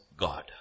God